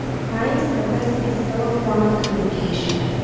crying's purpose is still a form of communication.